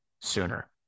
sooner